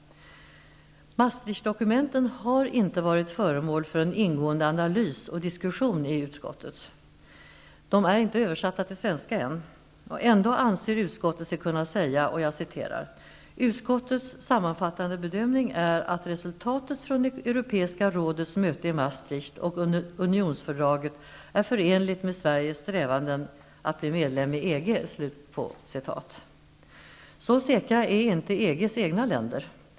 Maastrichtdokumenten har inte varit föremål för en ingående analys och diskussion i utskottet. De är ännu inte översatta till svenska. Ändå anser sig utskottet kunna säga: ''Utskottets sammanfattande bedömning är att resultatet från Europeiska rådets möte i Maastricht och unionsfördraget är förenligt med Sveriges strävanden att bli medlem i EG.'' Så säkra är inte EG:s egna länder.